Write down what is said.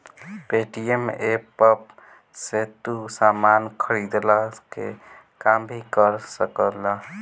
Paytm app से तू सामान खरीदला के काम भी कर सकेला